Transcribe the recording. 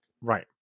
Right